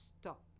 stop